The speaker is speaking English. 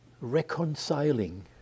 reconciling